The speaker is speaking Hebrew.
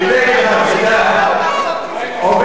מפלגת העבודה עובדת ציבורית, עניינית,